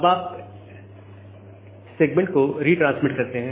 अब आप सेगमेंट को रिट्रांसमिट करते हैं